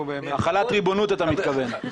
החלת ריבונות, אתה מתכוון.